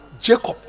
Jacob